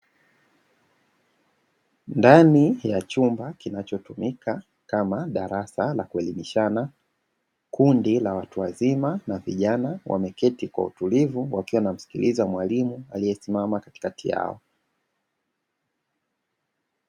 Ndani ya chumba kinachotumika kama darasa la kuelimishana, kundi la watu wazima na vijana wameketi kwa utulivu, wakiwa wanamsikiliza mwalimu aliyesimama katikati yao.